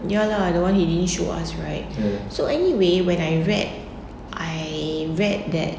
ya lah the one he didn't show us right so anyway when I read I read that